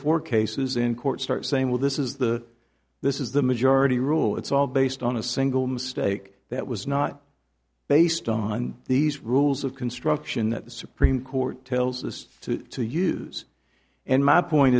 four cases in court start saying well this is the this is the majority rule it's all based on a single mistake that was not based on these rules of construction that the supreme court tells us to to use and my point